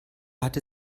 hatte